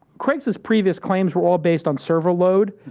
craigslist's previous claims were all based on server load,